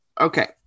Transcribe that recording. okay